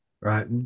right